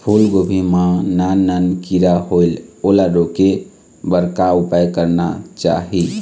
फूलगोभी मां नान नान किरा होयेल ओला रोके बर का उपाय करना चाही?